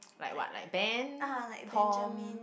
like what like Ben Tom